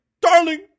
Darling